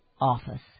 office